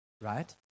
right